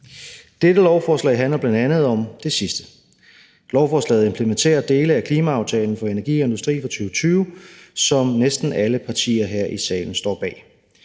Dette lovforslag handler bl.a. om det sidste. Lovforslaget implementerer dele af klimaaftalen for energi og industri fra 2020, som næsten alle partier her i salen står bag.